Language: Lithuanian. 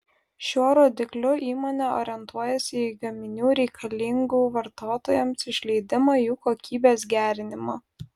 šiuo rodikliu įmonė orientuojasi į gaminių reikalingų vartotojams išleidimą jų kokybės gerinimą